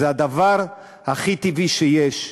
זה הדבר הכי טבעי שיש,